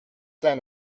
then